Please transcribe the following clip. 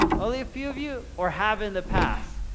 only a few of you? or have in the past?